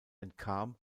entkam